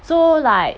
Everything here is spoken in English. so like